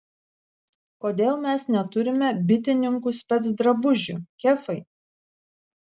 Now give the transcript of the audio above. kodėl mes neturime bitininkų specdrabužių kefai